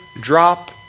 drop